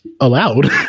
allowed